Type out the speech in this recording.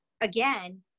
again